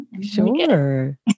Sure